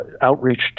outreach